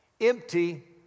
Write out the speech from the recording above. Empty